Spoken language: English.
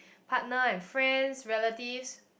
partner and friends relatives